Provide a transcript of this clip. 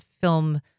film